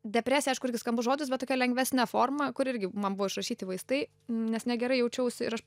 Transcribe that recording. depresija aišku irgi skambus žodis bet tokia lengvesne forma kuri irgi man buvo išrašyti vaistai nes negera jaučiausi ir aš